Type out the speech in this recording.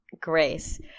Grace